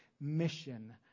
mission